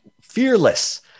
fearless